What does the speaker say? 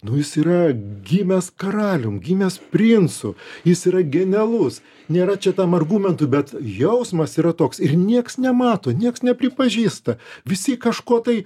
nu jis yra gimęs karalium gimęs princu jis yra genialus nėra čia tam argumentų bet jausmas yra toks ir nieks nemato nieks nepripažįsta visi kažko tai